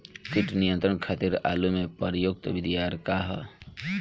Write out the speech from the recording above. कीट नियंत्रण खातिर आलू में प्रयुक्त दियार का ह?